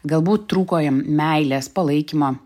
galbūt trūko jam meilės palaikymo